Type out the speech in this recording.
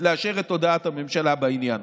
לאשר את הודעת הממשלה בעניין.